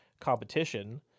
competition